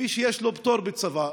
מי שיש לו פטור מצבא.